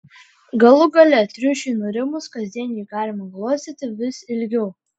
galų gale triušiui nurimus kasdien jį galima glostyti vis ilgiau